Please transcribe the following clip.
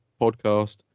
Podcast